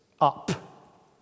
up